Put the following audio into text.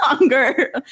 longer